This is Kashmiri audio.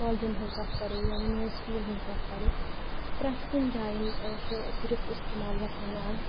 کالجن ہٕنٛز کَتھ کَرو یا یونیورسٹین ہٕنٛز کَتھ کَرو پرٛتھ کُنہِ جایہِ چھُ صِرف اِستعمال گژھان اَز